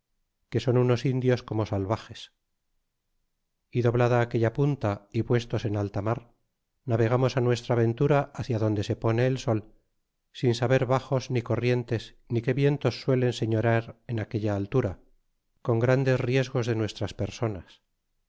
que son unos indios como salvages y doblada aquella punta y puestos en alta mar navegamos nuestra ventura hcia donde se pone el sol sin saber baxos ni corrientes ni qué vientos suelen señorear en aquella altura con grandes riesgos de nuestras personas